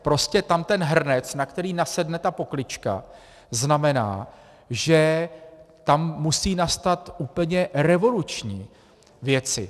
Prostě tam ten hrnec, na který nasedne ta poklička, znamená, že tam musí nastat úplně revoluční věci.